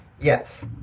Yes